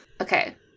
Okay